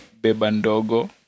Bebandogo